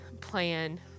plan